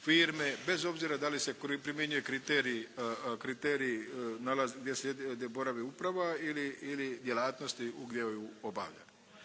firme bez obzira da li se primjenjuje kriterij gdje boravi uprava ili djelatnosti gdje ju obavlja.